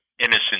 Innocent